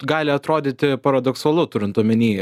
gali atrodyti paradoksalu turint omeny